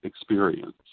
experience